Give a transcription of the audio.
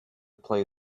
play